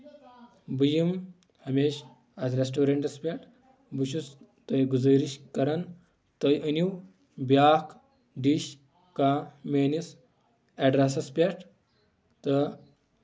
بہٕ یِم ہمیشہٕ اَتھ ریٚسٹورنٹَس پٮ۪ٹھ بہٕ چھُس تۄہہِ گُزٲرش کران تُہۍ أنو بیاکھ ڈِش کانٛہہ میٲنِس ایڈرَسس پٮ۪ٹھ تہٕ